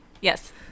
Yes